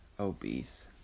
Obese